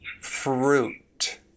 fruit